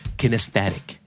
kinesthetic